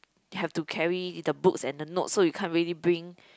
have to carry little books and the notes so you can't really bring